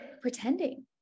pretending